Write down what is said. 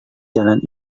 jalan